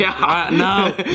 no